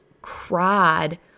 cried